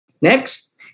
Next